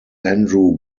andrew